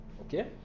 Okay